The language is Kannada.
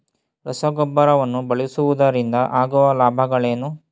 ರಸಗೊಬ್ಬರವನ್ನು ಬಳಸುವುದರಿಂದ ಆಗುವ ಲಾಭಗಳೇನು?